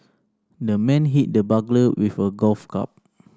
the man hit the burglar with a golf club